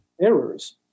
errors